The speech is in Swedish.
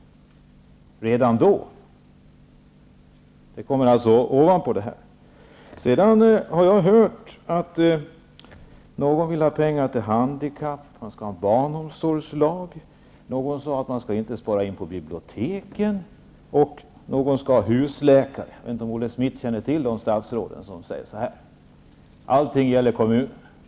Det kommer alltså ovanpå detta. Jag har hört att någon vill ha pengar till handikappade och genomföra en barnomsorgslag, att någon sade att man inte skall spara in pengar på biblioteken och att någon vill ha husläkare. Jag vet inte om Olle Schmidt känner till de statsråd som säger detta. Allting gäller kommunernas verksamhet.